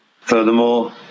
furthermore